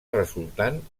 resultant